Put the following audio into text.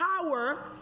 power